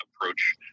approach